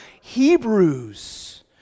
Hebrews